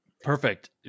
Perfect